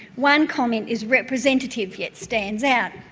one comment is representative, yet stands out.